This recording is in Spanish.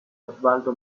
osvaldo